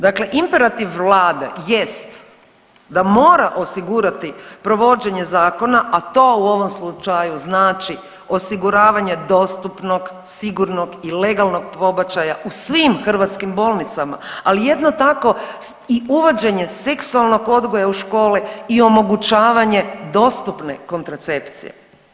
Dakle imperativ Vlade jest da mora osigurati provođenje zakona, a to u ovom slučaju znači osiguravanje dostupnog, sigurnog i legalnog pobačaja u svim hrvatskim bolnicama, ali jedno tako i uvođenje seksualnog odgoja u škole i omogućavanje dostupne kontracepcije.